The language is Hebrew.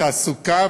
התעסוקה,